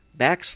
backslash